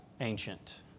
ancient